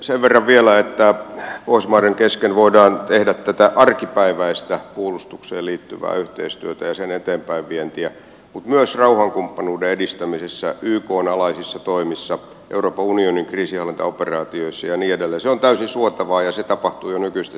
sen verran vielä että pohjoismaiden kesken voidaan tehdä tätä arkipäiväistä puolustukseen liittyvää yhteistyötä ja sen eteenpäinvientiä mutta myös rauhankumppanuuden edistämisessä ykn alaisissa toimissa euroopan unionin kriisinhallintaoperaatioissa ja niin edelleen se on täysin suotavaa ja se tapahtuu jo nykyisten sääntöjen mukaan